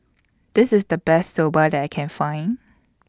This IS The Best Soba that I Can Find